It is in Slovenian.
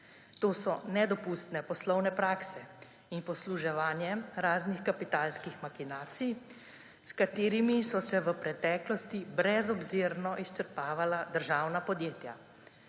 To so nedopustne poslovne prakse in posluževanje raznih kapitalskih mahinacij, s katerimi so se v preteklosti brezobzirno izčrpavala državna podjetja.